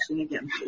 again